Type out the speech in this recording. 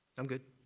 i'm good.